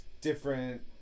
different